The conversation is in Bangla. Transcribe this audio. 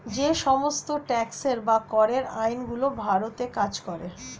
যে সমস্ত ট্যাক্সের বা করের আইন গুলো ভারতে কাজ করে